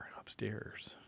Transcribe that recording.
upstairs